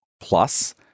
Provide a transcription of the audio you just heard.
plus